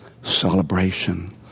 celebration